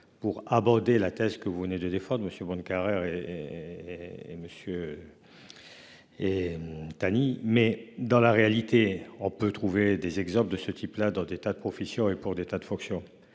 pour aborder la thèse que vous venez de défendre Monsieur Bonnecarrere et. Monsieur. Et. Thani mais dans la réalité, on peut trouver des exemples de ce type-là, dans des tas de professions et pour des tas de fonctions.